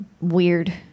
weird